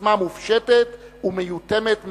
כססמה מופשטת ומיותמת מעשייה.